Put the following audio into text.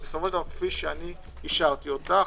כפי שאישרתי אותה,